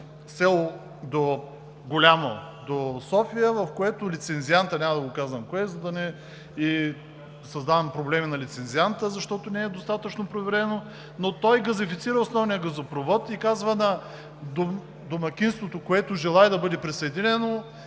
село до София, в което лицензиантът, няма да го казвам кой е, за да не му създавам проблеми, защото не е достатъчно проверено, но той газифицира основния газопровод и казва на домакинството, което желае да бъде присъединено: